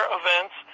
events